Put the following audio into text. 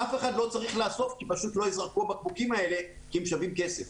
אף אחד לא צריך לאסוף כי פשוט לא ייזרקו הבקבוקים האלה כי הם שווים כסף.